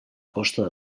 costa